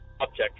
object